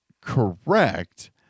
Correct